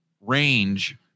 range